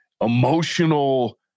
emotional